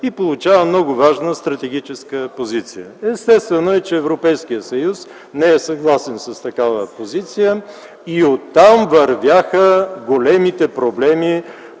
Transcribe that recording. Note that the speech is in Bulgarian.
и получава много важна стратегическа позиция. Естествено е, че Европейският съюз не е съгласен с такава позиция и оттам вървяха големите проблеми